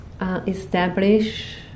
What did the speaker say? establish